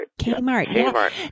Kmart